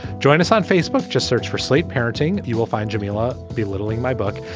join us on facebook. just search for slate parenting. you will find jameela belittling my book,